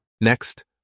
Next